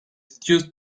stew